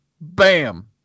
bam